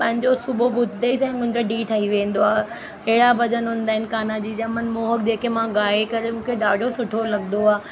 पंहिंजो सुबुह ॿुधदे ई सां मुंहिंजा ॾींहुं ठई वेंदो आहे एॾा भॼन हूंदा आहिनि कान्हा जी जा मनमोहक जेके मां गाए करे मूंखे ॾाढो सुठो लॻदो आहे